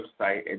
website